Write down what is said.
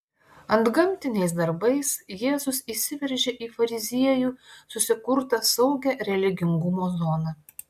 antgamtiniais darbais jėzus įsiveržė į fariziejų susikurtą saugią religingumo zoną